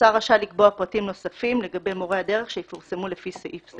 השר רשאי לקבוע פרטים נוספים לגבי מורי הדרך שיפורסמו לפי סעיף זה.